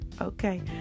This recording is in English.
okay